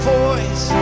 voice